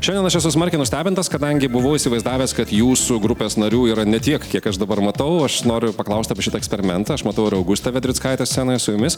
šiandien aš esu smarkiai nustebintas kadangi buvau įsivaizdavęs kad jūsų grupės narių yra ne tiek kiek aš dabar matau aš noriu paklausti apie šitą eksperimentą aš matau ir augustę vedrickaitę scenoje su jumis